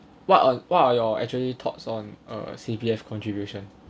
what are what are your actually thoughts on uh C_P_F contribution